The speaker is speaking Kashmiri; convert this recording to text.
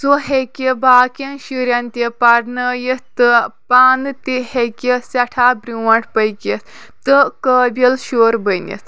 سُہ ہیٚکہِ باقیَن شُرٮ۪ن تہِ پرنٲیِتھ تہٕ پانہٕ تہِ ہیٚکہِ سٮ۪ٹھاہ برونٛٹھ پٔکِتھ تہٕ قٲبِل شُر بٔنِتھ